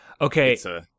Okay